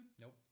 Nope